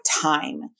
time